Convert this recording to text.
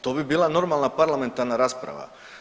To bi bila normalna parlamentarna rasprava.